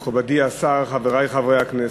תודה רבה לך, מכובדי השר, חברי חברי הכנסת,